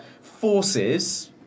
forces